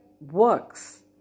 works